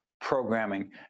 programming